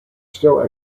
still